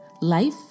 life